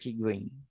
green